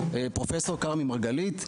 פרופסור מלכי מרגלית,